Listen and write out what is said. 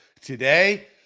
today